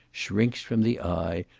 shrinks from the eye,